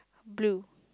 blue